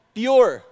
pure